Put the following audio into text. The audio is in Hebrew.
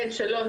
שלום,